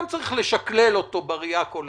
גם את זה צריך לשקלל בראייה הכוללת,